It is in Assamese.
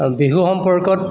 বিহু সম্পৰ্কত